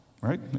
Right